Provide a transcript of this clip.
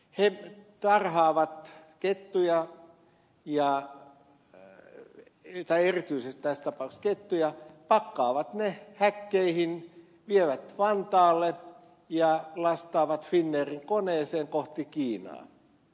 he tarhaavat kettuja erityisesti tässä tapauksessa kettuja pakkaavat ne häkkeihin vievät vantaalle ja lastaavat finnairin koneeseen kohti kiinaa